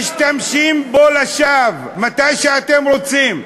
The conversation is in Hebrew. למה אתה מחייך,